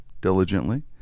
diligently